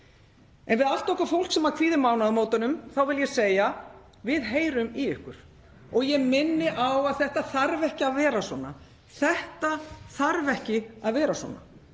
En við allt okkar fólk sem kvíðir mánaðamótunum vil ég segja: Við heyrum í ykkur. Og ég minni á að þetta þarf ekki að vera svona — þetta þarf ekki að vera svona.